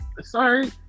Sorry